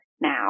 now